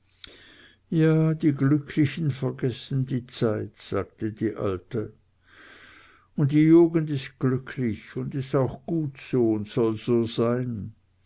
ja die glücklichen vergessen die zeit sagte die alte und die jugend is glücklich un is auch gut so un soll so sein